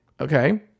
Okay